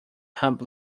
hung